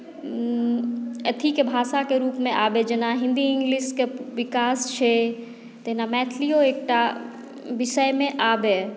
अथी के भाषाके रूपमे आबय जेना हिन्दी इङ्गलिशके विकास छै तहिना मैथिलीओ एकटा विषयमे आबय